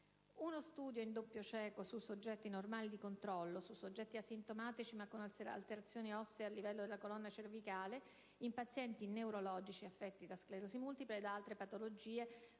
uno studio in doppio cieco su soggetti normali di controllo, su soggetti asintomatici, ma con alterazioni ossee a livello della colonna cervicale, in pazienti neurologici affetti da sclerosi multipla e da altre patologie